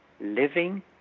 living